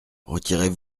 retirez